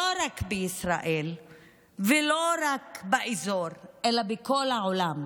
לא רק בישראל ולא רק באזור אלא בכל העולם,